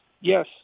yes